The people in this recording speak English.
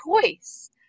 choice